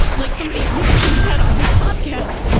but like somebody recently said on this podcast,